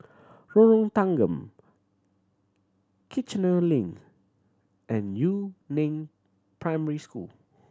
Lorong Tanggam Kiichener Link and Yu Neng Primary School